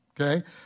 okay